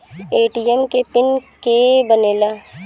ATM के pin के के बनेला?